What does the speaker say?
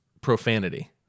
profanity